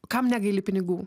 kam negaili pinigų